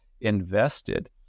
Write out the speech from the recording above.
invested